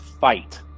fight